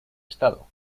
estado